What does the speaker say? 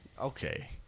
Okay